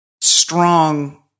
strong